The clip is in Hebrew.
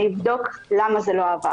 אני אבדוק למה זה לא עבר